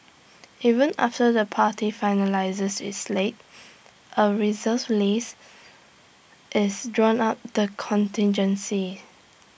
even after the party finalises its slate A reserves list is drawn up the contingencies